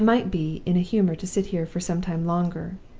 i might be in a humor to sit here for some time longer,